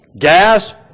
gas